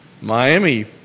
Miami